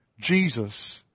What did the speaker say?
Jesus